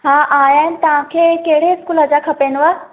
हा आया आहिनि तव्हांखे कहिड़े स्कूल जा खपेनिव